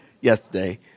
yesterday